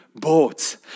bought